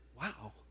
Wow